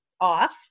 off